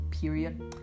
period